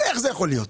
איך זה יכול להיות?